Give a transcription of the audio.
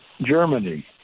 Germany